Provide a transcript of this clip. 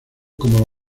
como